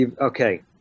Okay